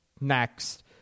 next